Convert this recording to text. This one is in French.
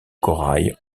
corail